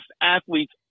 athletes